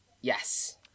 Yes